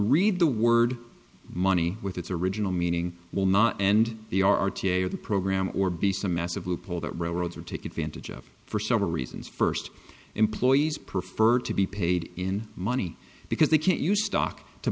read the word money with its original meaning will not end the r t a or the program or be some massive loophole that railroad's or take advantage of for several reasons first employees prefer to be paid in money because they can't use stock to